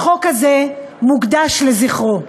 החוק הזה מוקדש לזכרו.